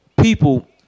people